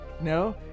No